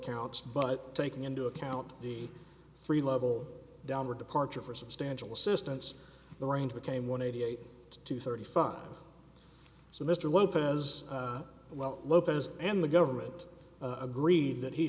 counts but taking into account the three level downward departure for substantial assistance the range became one eighty eight to thirty five so mr lopez well lopez and the government agreed that he